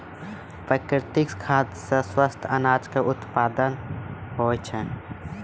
प्राकृतिक खाद सॅ स्वस्थ अनाज के उत्पादन होय छै